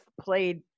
played